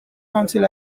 council